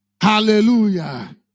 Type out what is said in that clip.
Hallelujah